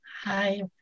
Hi